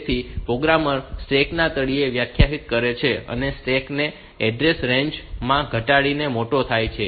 તેથી programmer stack ના તળિયાને વ્યાખ્યાયિત કરે છે અને સ્ટેક ને એડ્રેસ રેન્જ માં ઘટાડીને મોટો થાય છે